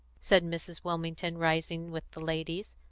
said mrs. wilmington, rising with the ladies.